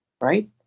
right